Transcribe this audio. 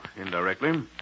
indirectly